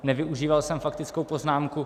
Nevyužíval jsem faktickou poznámku.